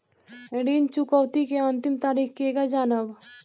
ऋण चुकौती के अंतिम तारीख केगा जानब?